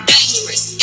Dangerous